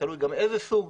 תוי גם איזה סוג.